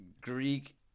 Greek –